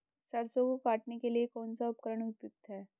सरसों को काटने के लिये कौन सा उपकरण उपयुक्त है?